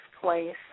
place